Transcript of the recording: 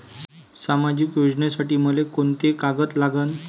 सामाजिक योजनेसाठी मले कोंते कागद लागन?